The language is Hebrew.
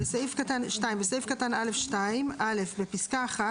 "(2) בסעיף קטן (א2) בפסקה (1),